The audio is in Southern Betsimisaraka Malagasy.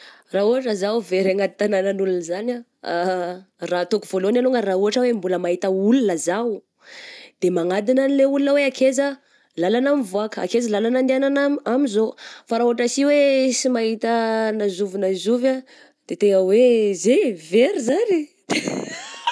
Raha ohatra zaho very anaty tagnanan'olona zany ah raha ataoko voalohany alongany raha ohatra hoe mbola mahita olona zaho, de manadigna anle olona hoe akaiza lalana mivoàka, akaiza lalana andehanana a-amin'izao? Fa raha ohatra sy hoe sy mahita na zovy na zovy ah de tegna hoe zay eh very zagny.